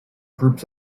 groups